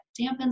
dampens